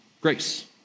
grace